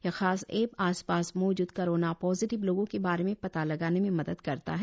यह खास एप आसपास मौजूद कोरोना पोजिटिव लोगों के बारे में पता लगाने में मदद करता है